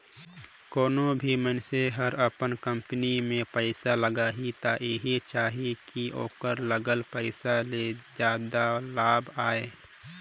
कोनों भी मइनसे हर अपन कंपनी में पइसा लगाही त एहि चाहही कि ओखर लगाल पइसा ले जादा लाभ आये